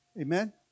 Amen